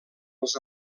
els